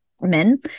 men